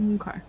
Okay